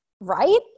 right